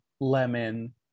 Lemon